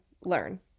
learn